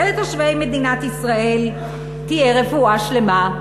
ולתושבי מדינת ישראל תהיה רפואה שלמה.